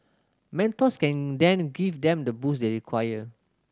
mentors can then give them the boost they require